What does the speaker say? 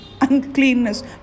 uncleanness